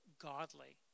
godly